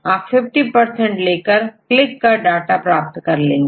आप fifty percent लेकर click कर डाटा प्राप्त कर सकेंगे